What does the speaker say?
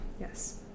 Yes